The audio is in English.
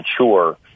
mature